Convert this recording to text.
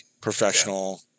professional